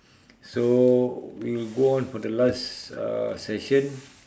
so we'll go on for the last uh session